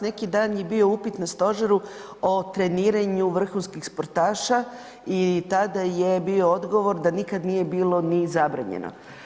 Neki dan je bio upit na stožeru o treniranju vrhunskih sportaša i tada je bio odgovor da nikad nije bilo ni zabranjeno.